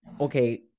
okay